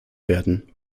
werden